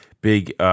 big –